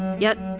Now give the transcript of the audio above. yet,